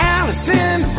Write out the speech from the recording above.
Allison